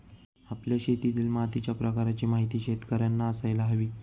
आपल्या शेतातील मातीच्या प्रकाराची माहिती शेतकर्यांना असायला हवी